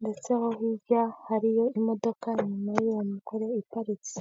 ndetse aho hirya hariyo imodoka inyuma yuwo mugore iparitse.